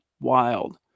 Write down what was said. wild